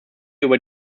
über